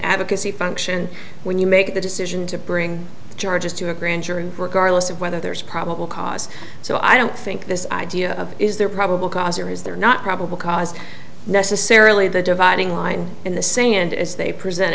advocacy function when you make the decision to bring charges to a grand jury regardless of whether there's probable cause so i don't think this idea of is there probable cause or has there not probable cause necessarily the dividing line in the saying and if they present